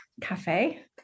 cafe